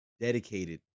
dedicated